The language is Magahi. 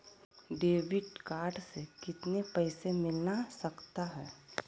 डेबिट कार्ड से कितने पैसे मिलना सकता हैं?